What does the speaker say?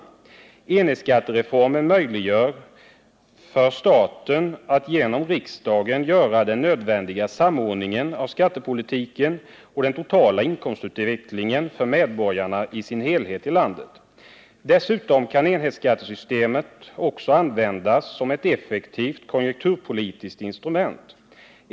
Enhetsskattereformen möjliggör för staten att genom riksdagen göra den nödvändiga samordningen av skattepolitiken och den totala inkomstutvecklingen för medborgarna som helhet över landet. Dessutom kan enhetsskattesystemet också användas som ett effektivt konjunkturpolitiskt instrument.